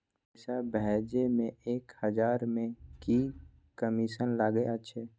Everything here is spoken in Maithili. पैसा भैजे मे एक हजार मे की कमिसन लगे अएछ?